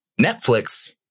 Netflix